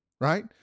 right